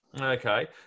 Okay